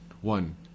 one